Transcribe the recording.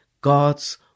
God's